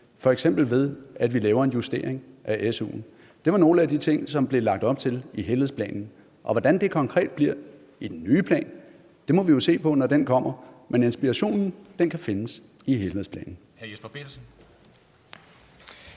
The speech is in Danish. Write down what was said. eller ved at vi laver en justering af SU'en. Det var nogle af de ting, der blev lagt op til i helhedsplanen, og hvordan det konkret bliver i den nye plan, må vi jo se på, når den kommer. Men inspirationen kan findes i helhedsplanen.